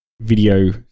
video